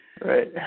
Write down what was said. Right